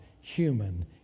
human